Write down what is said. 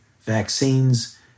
vaccines